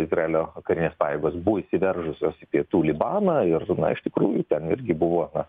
izraelio karinės pajėgos buvo įsiveržusios į pietų libaną ir iš tikrųjų ten irgi buvo na